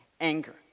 anger